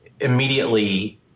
immediately